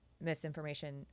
misinformation